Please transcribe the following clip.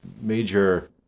major